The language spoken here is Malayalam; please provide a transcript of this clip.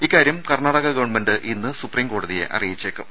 ഇക്കാര്യം കർണാടക ഗവൺമെന്റ് ഇന്ന് സുപ്രീംകോടതിയെ അറിയിച്ചേക്കും